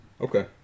Okay